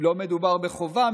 לא מדובר בחובה,